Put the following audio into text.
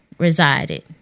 resided